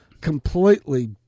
completely